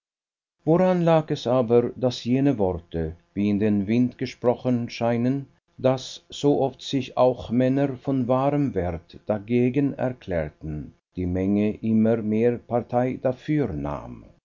woran lag es aber daß jene worte wie in den wind gesprochen scheinen daß so oft sich auch männer von wahrem wert dagegen erklärten die menge immer mehr partei dafür nahm